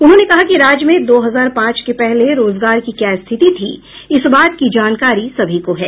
उन्होंने कहा कि राज्य में दो हजार पांच के पहले रोजगार की क्या स्थिति थी इस बात की जानकारी सभी को है